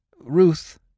Ruth